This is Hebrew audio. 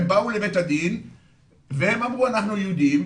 הם באו לבית הדין והם אמרו אנחנו יהודים,